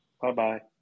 Bye-bye